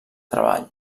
treball